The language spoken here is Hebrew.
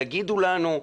תגידו לנו.